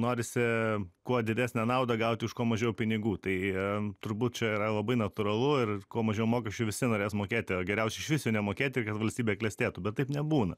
norisi kuo didesnę naudą gauti už kuo mažiau pinigų tai turbūt čia yra labai natūralu ir kuo mažiau mokesčių visi norės mokėti o geriausia išvis jų nemokėti ir kad valstybė klestėtų bet taip nebūna